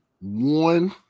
one